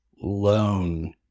loan